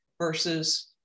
versus